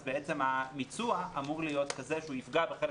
אז המיצוע אמור להיות כזה שהוא יפגע בחלק